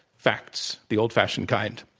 facts, the old-fashioned kind.